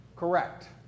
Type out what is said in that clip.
Correct